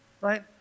Right